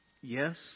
Yes